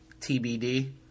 TBD